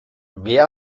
wer